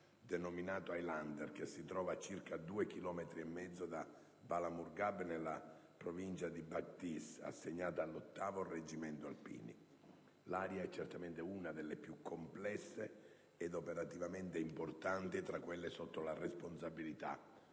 denominato Highlander che si trova a circa due chilometri e mezzo a Est di Bala Morghab, nella provincia di Badghis, assegnata all'8° Reggimento Alpini. L'area è certamente una delle più complesse e operativamente importanti tra quelle sotto la responsabilità